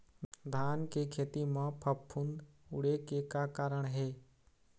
धान के खेती म फफूंद उड़े के का कारण हे?